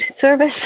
service